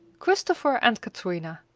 christopher and katrina,